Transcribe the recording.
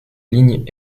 ligne